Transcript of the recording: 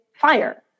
fire